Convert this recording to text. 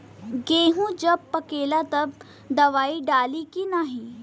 गेहूँ जब पकेला तब दवाई डाली की नाही?